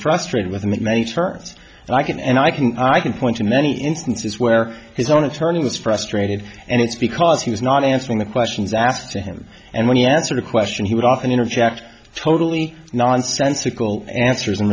and i can and i can i can point to many instances where his own attorney was frustrated and it's because he was not answering the questions asked to him and when he answered a question he would often interject totally nonsensical answers and